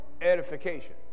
Edification